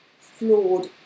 flawed